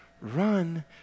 Run